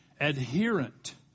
Adherent